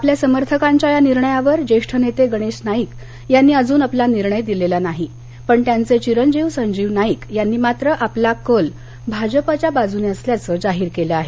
आपल्या समर्थकांच्या या निर्णयावर ज्येष्ठ नेते गणेश नाईक यांनी अजून आपला निर्णय दिलेला नाही पण त्यांचे चिरंजीव संजीव नाईक यांनी मात्र आपला कल भाजपच्या बाजूने असल्याच जाहीर केलं आहे